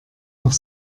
noch